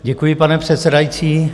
Děkuji, pane předsedající.